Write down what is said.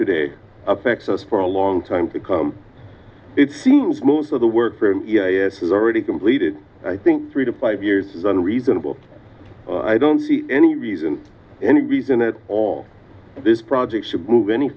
today affects us for a long time because it seems most of the work for him was already completed i think three to five years is unreasonable i don't see any reason any reason that all this project should move any